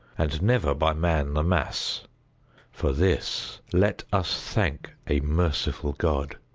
and never by man the mass for this let us thank a merciful god!